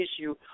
issue